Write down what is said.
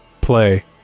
play